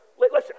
Listen